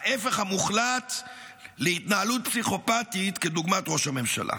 ההפך המוחלט להתנהלות פסיכופתית כדוגמת ראש הממשלה.